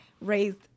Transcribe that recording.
raised